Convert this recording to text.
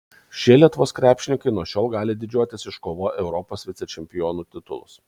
šie lietuvos krepšininkai nuo šiol gali didžiuotis iškovoję europos vicečempionų titulus